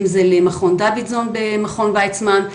אם זה למכון דוידזון במכון ויצמן,